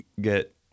get